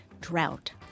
drought